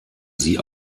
sie